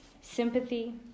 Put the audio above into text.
sympathy